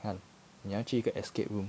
看你要去一个 escape room